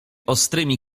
ostrymi